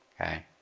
okay